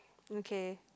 okay